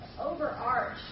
overarch